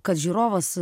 kad žiūrovas